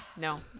No